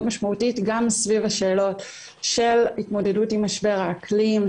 משמעותית גם סביב השאלות של התמודדות עם משבר האקלים,